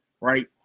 right